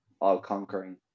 all-conquering